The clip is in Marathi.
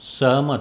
सहमत